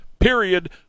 Period